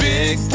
Big